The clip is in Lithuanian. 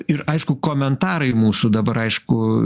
ir aišku komentarai mūsų dabar aišku